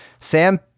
Sam